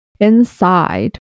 Inside